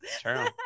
true